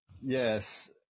Yes